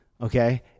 Okay